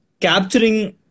capturing